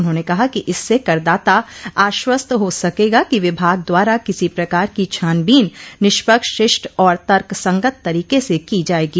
उन्होंने कहा कि इससे करदाता आश्वस्त हो सकेगा कि विभाग द्वारा किसी प्रकार की छानबीन निष्पक्ष शिष्ट और तर्कसंगत तरीके से की जाएगी